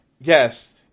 Yes